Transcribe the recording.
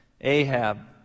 Ahab